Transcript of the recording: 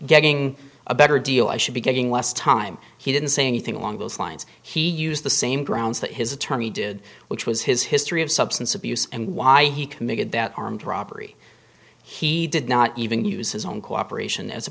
getting a better deal i should be getting less time he didn't say anything along those lines he used the same grounds that his attorney did which was his history of substance abuse and why he committed that armed robbery he did not even use his own cooperation as a